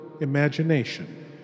imagination